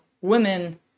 women